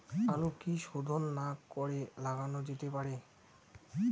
আলু কি শোধন না করে লাগানো যেতে পারে?